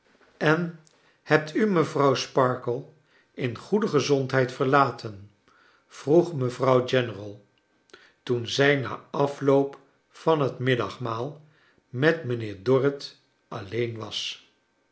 en hebt u mevrouw sparkler in goede gezondheid verlaten v vroeg mevrouw general toen zij na afloop van het middagmaal met mijnheer dorrit alleen was